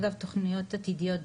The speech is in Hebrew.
אגב תכניות עתידיות,